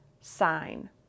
sign